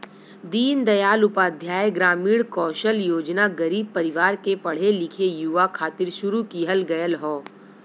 दीन दयाल उपाध्याय ग्रामीण कौशल योजना गरीब परिवार के पढ़े लिखे युवा खातिर शुरू किहल गयल हौ